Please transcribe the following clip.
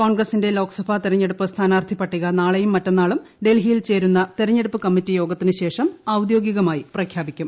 കോൺഗ്രസിന്റെ ലോക്സഭാ തെരഞ്ഞെടുപ്പ് സ്ഥാനാർത്ഥി പട്ടിക നാളെയും മറ്റെന്നാളും ഡൽഹിയിൽ ചേരുന്ന തെരഞ്ഞെടുപ്പ് കമ്മറ്റി യോഗത്തിനുശേഷം ഔദ്യോഗികമായി പ്രഖ്യാപിക്കും